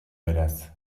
beraz